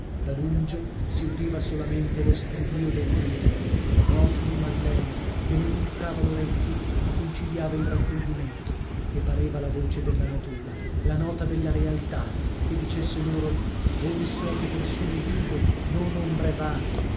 lunge si udiva solamente lo stridio dei grilli monotono ma lene che non urtava l'orecchio ma conciliava il raccoglimento e pareva la voce della natura la nota della realtà che dicesse loro voi siete persone vive non ombre vane